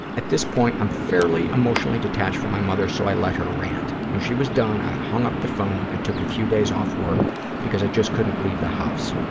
at this point, i'm fairly emotionally detached from my mother, so i let her rant. when she was done, i hung up the phone and took a few days off work because i just couldn't leave the house.